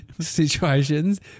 situations